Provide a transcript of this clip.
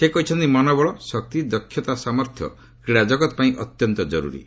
ସେ କହିଛନ୍ତି ମନୋବଳ ଶକ୍ତି ଦକ୍ଷତା ଓ ସାମର୍ଥ୍ୟ କ୍ରୀଡ଼ାଜଗତପାଇଁ ଅତ୍ୟନ୍ତ ଜରୁରୀ